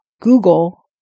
Google